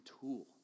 tool